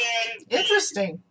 Interesting